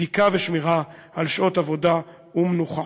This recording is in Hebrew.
בדיקה ושמירה על שעות עבודה ומנוחה.